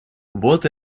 вот